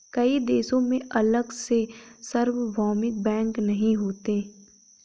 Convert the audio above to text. कई देशों में अलग से सार्वभौमिक बैंक नहीं होते